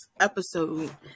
episode